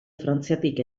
frantziatik